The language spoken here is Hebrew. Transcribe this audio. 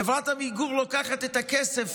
חברת עמיגור לוקחת את הכסף,